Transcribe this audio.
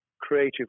creative